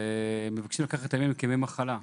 הם מבקשים לקבל את הימים האלה כימי מחלה.